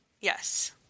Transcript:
Yes